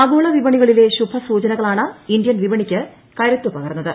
ആഗോള വിപണികളിലെ ശുഭ സൂചനകളാണ് ഇന്ത്യൻ വിപണിക്ക് കരുത്ത് പകർന്നത്